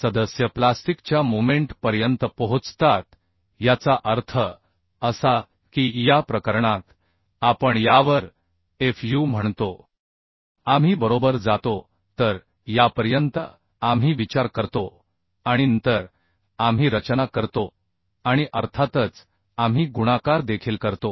सदस्य प्लास्टिकच्या क्षणापर्यंत पोहोचतात याचा अर्थ असा की या प्रकरणात आपण यावर fu म्हणतो आपण बरोबर जातो तर यापर्यंत आम्ही विचार करतो आणि नंतर आम्ही रचना करतो आणि अर्थातच आम्ही गुणाकार देखील करतो